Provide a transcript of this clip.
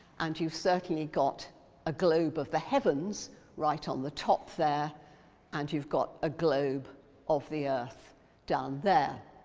and you've certainly got a globe of the heavens right on the top there and you've got a globe of the earth down there.